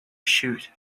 shoot